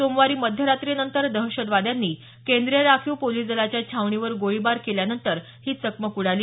सोमवारी मध्यरात्रीनंतर दहशतवाद्यांनी केंद्रीय राखीव पोलिस दलाच्या छावणीवर गोळीबार केल्यानंतर ही चकमक उडाली